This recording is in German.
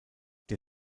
der